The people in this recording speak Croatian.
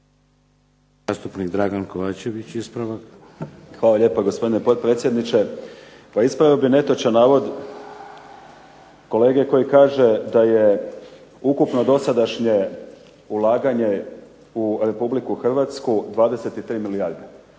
Hvala lijepo gospodine potpredsjedniče. Pa ispravio bih netočan navod koji kaže da je ukupno dosadašnje ulaganje u RH 23 milijarde.